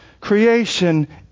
creation